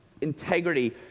integrity